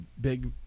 big